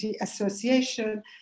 association